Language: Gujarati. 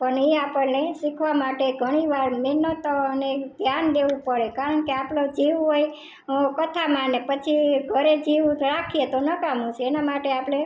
પણ એ આપણે શીખવા માટે ઘણીવાર મહેનત અને ધ્યાન દેવું પડે કારણ કે આપણો જીવ હોય કથામાં અને પછી ઘરે જીવ રાખીએ તો નકામું છે એના માટે આપણે